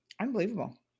Unbelievable